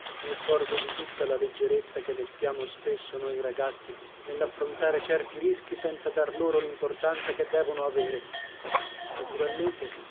mi accorgo di tutta la leggerezza che mettiamo spesso noi ragazzi nell'affrontare certi rischi senza dar loro l'importanza che devono avere naturalmente